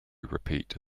repeat